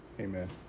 Amen